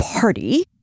party